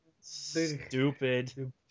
stupid